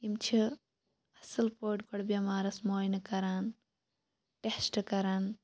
یِم چھِ اصل پٲٹھۍ گۄدٕ بیٚمارَس مُعاینہ کران ٹیٚسٹ کران